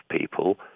people